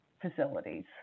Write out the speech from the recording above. facilities